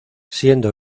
siendo